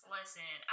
Listen